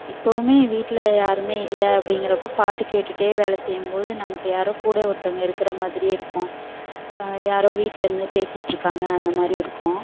இப்பவும் வீட்டில் யாரும் இல்லை அப்படிங்கிறப்ப பாட்டு கேட்டுகிட்டே வேலை செய்யும் போது நமக்கு யாரோ கூட ஒருத்தவங்க இருக்கிற மாதிரி இருக்கும் யாரோ வீட்லேருந்து பேசிகிட்டு இருக்காங்க அந்தமாதிரி இருக்கும்